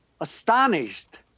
astonished